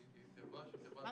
זו חברה שהיא חברת-בת שלנו.